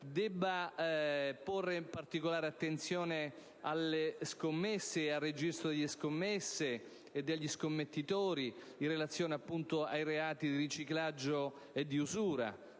porre particolare attenzione alle scommesse e al registro degli scommettitori, in relazione ai reati di riciclaggio e di usura.